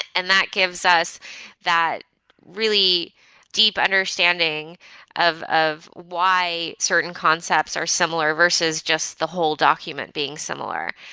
and that gives us that really deep understanding of of why certain concepts are similar versus just the whole document being similar.